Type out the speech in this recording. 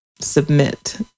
submit